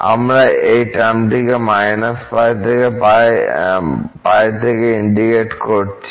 আমরা এই টার্মটিকে π থেকে ইন্টিগ্রেট করছি